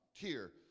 tier